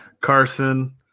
Carson